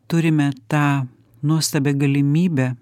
turime tą nuostabią galimybę